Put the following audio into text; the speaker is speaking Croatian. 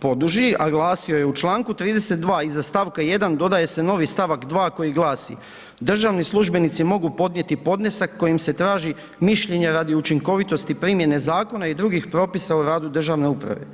poduži, a glasio je: „U Članku 32. iza stavka 1. dodaje se novi stavak 2. koji glasi: Državni službenici mogu podnijeti podnesak kojim se traži mišljenje radi učinkovitosti primjene zakona i drugih propisa o radu državne uprave.